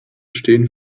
stehen